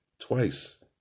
twice